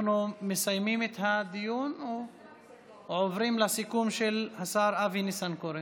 אנחנו מסיימים את הדיון ועוברים לסיכום של השר אבי ניסנקורן.